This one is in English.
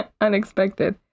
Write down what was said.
unexpected